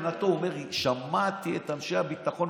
הוא אומר לי: שמעתי את אנשי הביטחון,